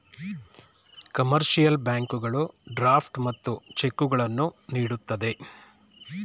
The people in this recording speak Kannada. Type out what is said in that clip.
ಕಮರ್ಷಿಯಲ್ ಬ್ಯಾಂಕುಗಳು ಡ್ರಾಫ್ಟ್ ಮತ್ತು ಚೆಕ್ಕುಗಳನ್ನು ನೀಡುತ್ತದೆ